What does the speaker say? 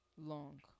long